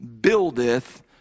buildeth